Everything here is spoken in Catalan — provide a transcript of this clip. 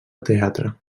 teatre